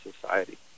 society